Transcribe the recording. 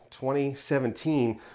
2017